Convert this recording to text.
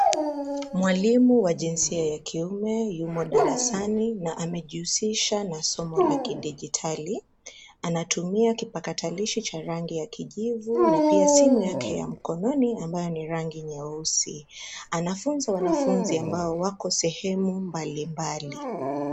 Mwalimu wa jinsia ya kiume yumo darasani na amejihusisha na somo la kijiditali, anatumia kipakatalishi cha rangi ya kijivu na pia simu yake ya mkononi ambayo ni rangi nyeusi. Anafunza wanafunzi ambao wako sehemu mbali mbali.